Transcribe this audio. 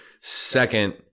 Second